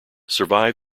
survive